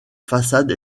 façade